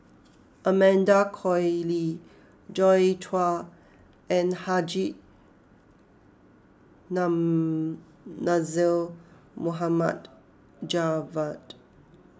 Amanda Koe Lee Joi Chua and Haji Namazie Mohammed Javad